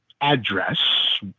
address